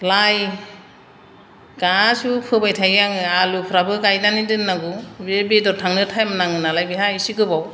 लाइ गासैबो फोबाय थायो आङो आलुफ्राबो गायनानै दोननांगौ बे बेदर थांनो टाइम नांगौ नालाय बेहा एसे गोबाव